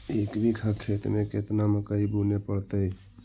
एक बिघा खेत में केतना मकई बुने पड़तै?